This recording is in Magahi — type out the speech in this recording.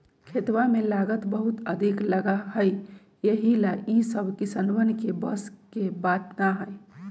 खेतवा में लागत बहुत अधिक लगा हई यही ला ई सब किसनवन के बस के बात ना हई